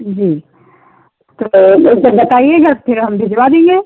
जी तो अब जब बताइएगा फिर हम भिजवा देंगे